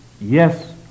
Yes